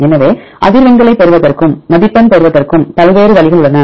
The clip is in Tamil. எனவே அதிர்வெண்களைப் பெறுவதற்கும் மதிப்பெண் பெறுவதற்கும் பல்வேறு வழிகள் உள்ளன